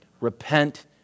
Repent